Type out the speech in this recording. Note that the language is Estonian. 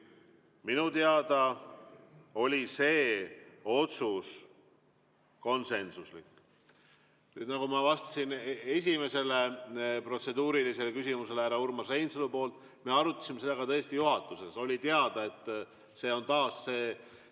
Minu teada oli see otsus konsensuslik. Nüüd, nagu ma vastasin esimesele protseduurilisele küsimusele, mille esitas härra Urmas Reinsalu, me arutasime seda [teemat] tõesti ka juhatuses. Oli teada, et see on taas see